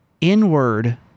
inward